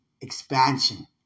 expansion